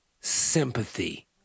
sympathy